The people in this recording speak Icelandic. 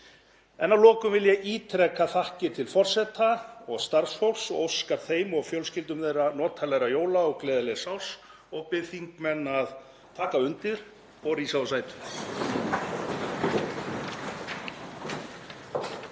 Að lokum vil ég ítreka þakkir til forseta og starfsfólks og óska þeim og fjölskyldum þeirra notalegra jóla og gleðilegs árs. Ég bið þingmenn að taka undir og rísa úr sætum.